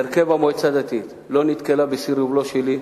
להרכב המועצה הדתית לא נתקלה בסירוב, לא שלי,